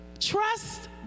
Trust